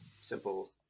simple